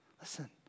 listen